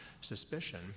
suspicion